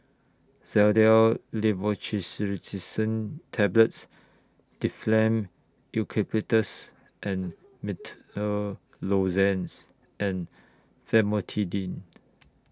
Xyzal Tablets Difflam Eucalyptus and Menthol Lozenges and Famotidine